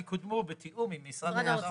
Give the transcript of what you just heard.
הליכי החקיקה יקודמו בתיאום עם משרד האוצר,